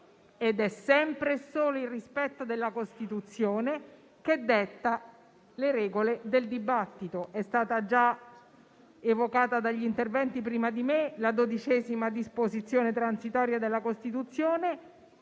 ed è sempre solo il rispetto della Costituzione che detta le regole del dibattito. È stata già evocata dagli interventi prima di me la XII disposizione transitoria della Costituzione,